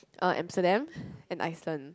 uh Amsterdam and Iceland